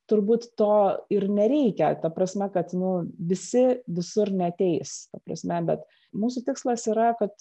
turbūt to ir nereikia ta prasme kad nu visi visur neateis ta prasme bet mūsų tikslas yra kad